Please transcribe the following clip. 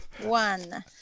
one